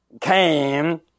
came